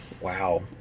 Wow